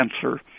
cancer